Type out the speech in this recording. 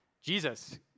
Jesus